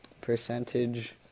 percentage